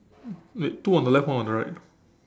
wait two on the left one on the right